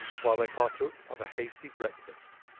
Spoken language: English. while they partook of a hasty breakfast.